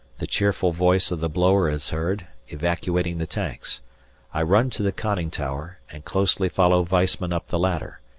the cheerful voice of the blower is heard, evacuating the tanks i run to the conning tower and closely follow weissman up the ladder.